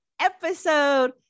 episode